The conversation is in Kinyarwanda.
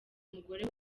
umugore